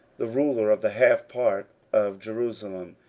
the ruler of the half part of jerusalem,